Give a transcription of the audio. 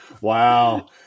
Wow